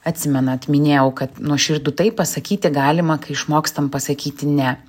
atsimenat minėjau kad nuoširdų taip pasakyti galima kai išmokstam pasakyti ne